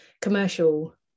commercial